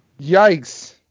Yikes